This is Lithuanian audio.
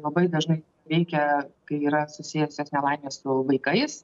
labai dažnai veikia kai yra susijusios nelaimės vaikais